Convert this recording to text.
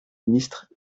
ministre